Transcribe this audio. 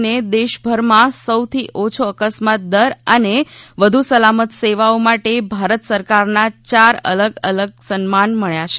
ને દેશભરમાં સૌથી ઓછો અકસ્માત દર અને વધુ સલામત સેવાઓ માટે ભારત સરકારના ચાર અલગ અલગ સન્માન મળ્યા છે